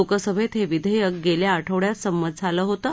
लोकसभेत हे विधेयक गेल्या आठवड्यात संमत झालं होतं